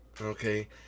Okay